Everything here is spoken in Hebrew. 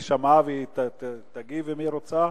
היא שמעה והיא תגיב אם היא רוצה,